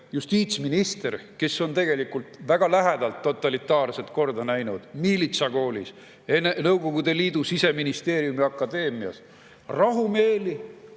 justiitsminister, kes on tegelikult väga lähedalt totalitaarset korda näinud miilitsakoolis, Nõukogude Liidu Siseministeeriumi akadeemias, rahumeeli